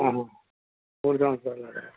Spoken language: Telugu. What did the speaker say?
మూడు సంవత్సరాలు